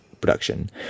production